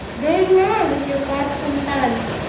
there you are with your pots and pans,